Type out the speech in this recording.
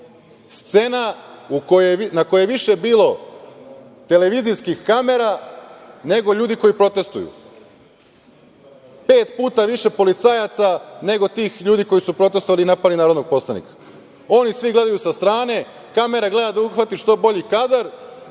scena u kojoj je više bilo televizijskih kamera, nego ljudi koji protestuju. Pet puta više policajaca nego tih ljudi koji su protestvovali i napali narodnog poslanika. Oni svi gledaju sa strane, kamera gleda da uhvati što bolji kadar,